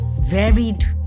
varied